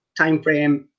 timeframe